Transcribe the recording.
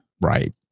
Right